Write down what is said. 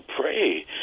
pray